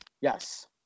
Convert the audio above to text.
Yes